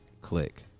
click